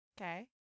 Okay